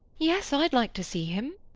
yes, i'd like to see him.